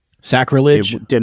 Sacrilege